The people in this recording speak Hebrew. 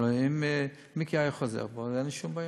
אבל אם מיקי היה חוזר, אין לי שום בעיה.